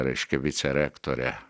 reiškia vicerektorė